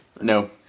no